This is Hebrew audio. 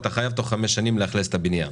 אתה חייב בתוך חמש שנים לאכלס את הבניין,